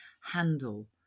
handle